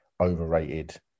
overrated